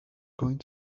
going